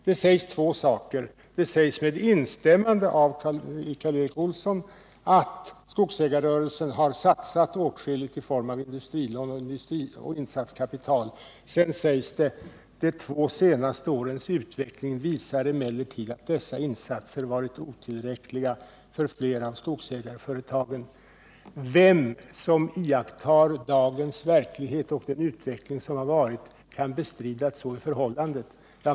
Det sägs två saker i interpellationssvaret. Det sägs, med instämmande av Karl Erik Olsson, att ”skogsägarrörelsen satsat stora belopp i form av industrilån och insatskapital”. Det sägs vidare: ”De två senaste årens utveckling visar emellertid att dessa insatser varit otillräckliga för flera av skogsägarföretagen.” Vem som iakttar dagens verklighet och den utveckling som har varit kan bestrida att så är förhållandet?